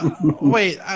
wait